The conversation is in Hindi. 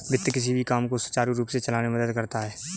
वित्त किसी भी काम को सुचारू रूप से चलाने में मदद करता है